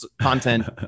content